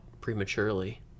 prematurely